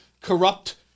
corrupt